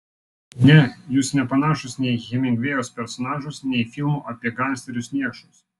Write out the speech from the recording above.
ne jūs nepanašūs nei į hemingvėjaus personažus nei į filmų apie gangsterius niekšus